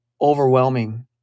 overwhelming